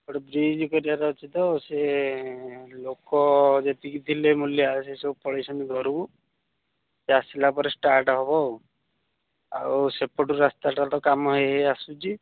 ଗୋଟେ ବ୍ରିଜ୍ କରିବାର ଅଛି ତ ସେ ଲୋକ ଯେତିକି ଥିଲେ ମୁଲିଆ ସେ ସବୁ ପଳାଇଛନ୍ତି ଘରକୁ ସେ ଆସିଲା ପରେ ଷ୍ଟାର୍ଟ୍ ହେବ ଆଉ ଆଉ ସେପଟୁ ରାସ୍ତାଟା ତ କାମ ହେଇ ହେଇ ଆସୁଛି